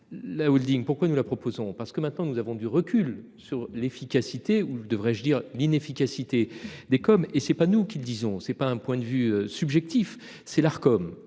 La Holding pourquoi nous la proposons parce que maintenant nous avons du recul sur l'efficacité ou devrais-je dire l'inefficacité des comme et, c'est pas nous qui le disons, c'est pas un point de vue subjectif c'est l'Arcom